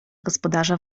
gospodarza